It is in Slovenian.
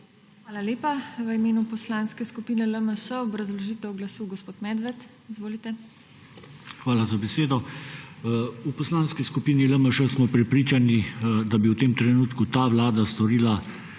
Hvala lepa. V imenu Poslanske skupine LMŠ ima obrazložitev glasu gospod Medved. Izvolite. **RUDI MEDVED (PS LMŠ):** Hvala za besedo. V Poslanski skupini LMŠ smo prepričani, da bi v tem trenutku ta vlada storila